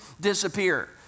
disappear